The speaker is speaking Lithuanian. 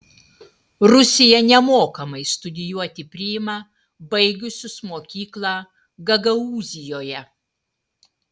rusija nemokamai studijuoti priima baigusius mokyklą gagaūzijoje